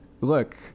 look